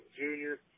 junior